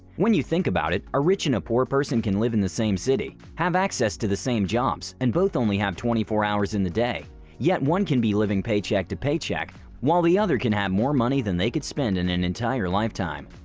when you think about it, a rich and a poor person can live in the same city, have access to the same jobs and both only have twenty four hours in the day yet one can be living paycheck to paycheck while the other can have more money than they could spend in an entire lifetime.